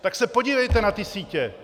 Tak se podívejte na ty sítě!